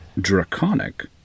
Draconic